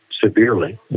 severely